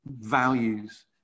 values